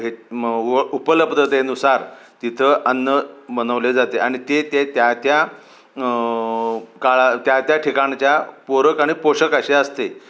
हे मग व उपलब्धतेनुसार तिथं अन्न बनवले जाते आणि ते ते त्या त्या काळा त्या त्या ठिकाणच्या पूरक आणि पोषक असे असते